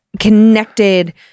connected